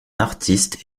artiste